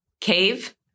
Cave